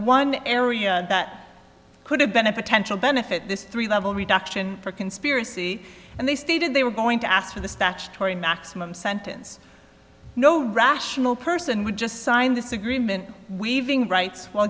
one area that could have been a potential benefit this three level reduction for conspiracy and they stated they were going to ask for the statutory maximum sentence no rational person would just sign this agreement weaving right